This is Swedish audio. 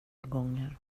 gånger